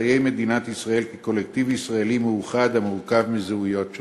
ובחיי מדינת ישראל כקולקטיב ישראלי מאוחד המורכב מזהויות שונות.